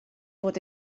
bod